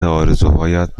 آرزوهایت